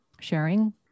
sharing